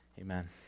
Amen